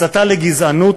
הסתה לגזענות,